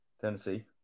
Tennessee